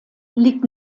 liegt